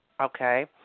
Okay